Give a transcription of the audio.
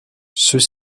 ceux